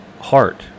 heart